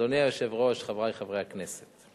אדוני היושב-ראש, חברי חברי הכנסת,